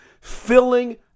Filling